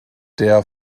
der